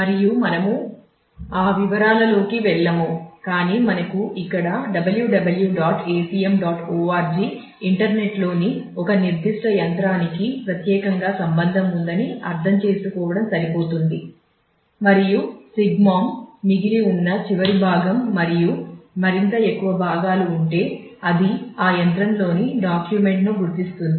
మరియు మనము ఆ వివరాలలోకి వెళ్ళము కాని మనకు ఇక్కడ www dot acm dot org internet ను గుర్తిస్తుంది